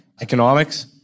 Economics